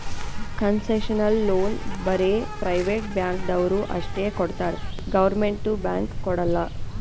concessional loan ಬರೇ private ಬ್ಯಾಂಕ್ದವ್ರು ಅಷ್ಟೇ ಕೊಡ್ತಾರ್ ಗೌರ್ಮೆಂಟ್ದು ಬ್ಯಾಂಕ್ ಕೊಡಲ್ಲ